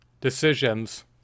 decisions